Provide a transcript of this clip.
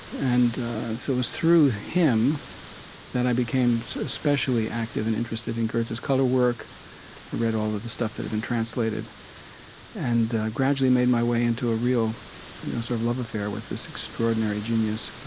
and so it was through him that i became especially active and interested in goethe's color work. i read all of the stuff that had been translated and gradually made my way into a real sort of love affair with this extraordinary genius.